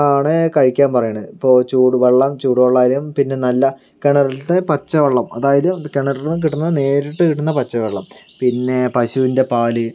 ആണ് കഴിക്കാൻ പറയുന്നത് ഇപ്പോ ചൂടുവെള്ളം ചൂട് വെള്ളം ആയാലും പിന്നെ നല്ല കിണറിലിത്തെ പച്ച വെള്ളം അതായത് കിണറിൽ നിന്ന് കിട്ടുന്ന നേരിട്ട് കിട്ടുന്ന പച്ച വെള്ളം പിന്നെ പശുവിൻ്റെ പാല്